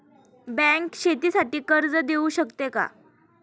Bank शेतीसाठी कर्ज देऊ शकते का?